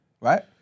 right